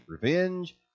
revenge